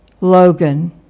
Logan